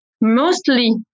mostly